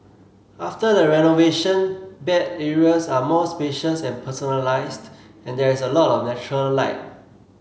after the renovation bed areas are more spacious and personalised and there is a lot of natural light